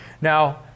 Now